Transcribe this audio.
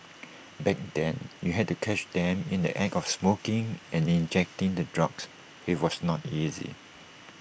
back then you had to catch them in the act of smoking and injecting the drugs he was not easy